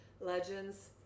legends